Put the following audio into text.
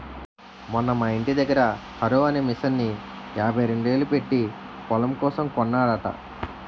మొన్న మా యింటి దగ్గర హారో అనే మిసన్ని యాభైరెండేలు పెట్టీ పొలం కోసం కొన్నాడట